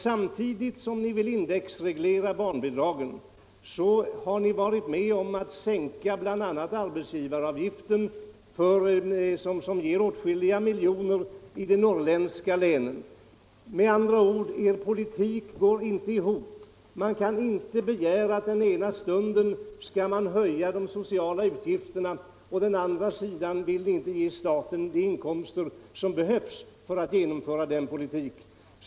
Samtidigt som ni vill indexreglera bidragen har ni varit med om att sänka arbetsgivaravgiften, som ger åtskilliga miljoner i de norrländska länen. Med andra ord: Er politik går inte ihop. Man kan inte begära höjning av de sociala utgifterna utan att samtidigt ge staten de inkomster som behövs för att genomföra den politiken.